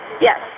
Yes